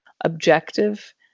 objective